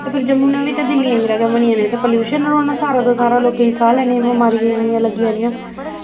ते फिर जम्मू ने बी ते दिल्ली आंह्गर गै बनी जाना इत्थै प्लयूशन रौह्ना सारा दा सारा लोकें गी साह् लैने दियां बमारियां इन्नियां लग्गी जानियां